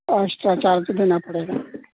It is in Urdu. اور اکسٹرا چارج دینا پڑے گا